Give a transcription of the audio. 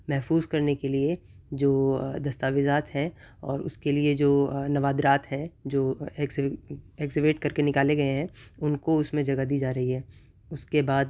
محفوظ کرنے کے لیے جو دستاویزات ہیں اور اس کے لیے جو نوادرات ہیں جو ایک ایکسیویٹ کر کے نکالے گئے ہیں ان کو اس میں جگہ دی جا رہی ہے اس کے بعد